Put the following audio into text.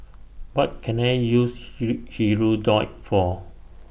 What Can I use Hirudoid For